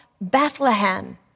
Bethlehem